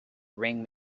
ring